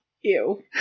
Ew